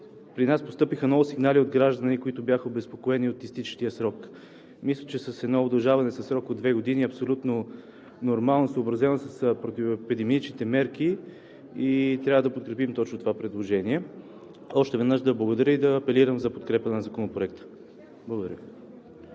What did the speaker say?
При нас постъпиха много сигнали от граждани, които бяха обезпокоени от изтичащия срок. Мисля, че едно удължаване за срок от две години е абсолютно нормално, съобразено с противоепидемичните мерки и трябва да подкрепим точно това предложение. Още веднъж да благодаря и да апелирам за подкрепа на Законопроекта. Благодаря.